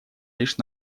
лишь